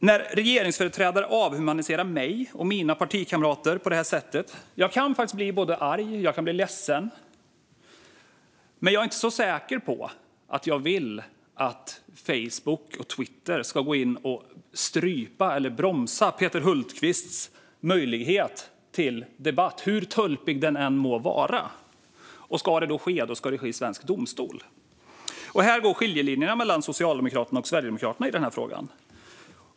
När regeringsföreträdare avhumaniserar mig och mina partikamrater på det sättet kan jag faktiskt bli både arg och ledsen, men jag är inte så säker på att jag vill att Facebook och Twitter ska gå in och strypa eller bromsa Peter Hultqvists möjlighet till debatt, hur tölpig den än må vara. Ska det ske ska det vara i svensk domstol. Här går skiljelinjerna mellan Socialdemokraterna och Sverigedemokraterna i den här frågan.